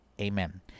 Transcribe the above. Amen